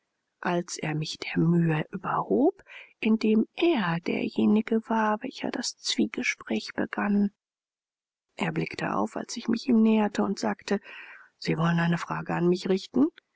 als er mich der mühe überhob indem er derjenige war welcher das zwiegespräch begann er blickte auf als ich mich ihm näherte und sagte sie wollen eine frage an mich richten